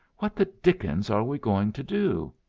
what the dickens are we going to do?